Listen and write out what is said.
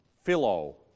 Philo